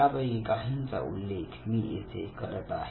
त्यापैकी काहींचा उल्लेख मी येथे करत आहे